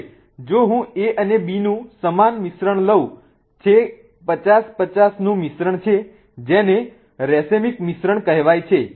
હવે જો હું A અને B નું સમાન મિશ્રણ લઉં જે 50 50 નું મિશ્રણ છે જેને રેસીમિક મિશ્રણ કહેવાય છે